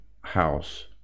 House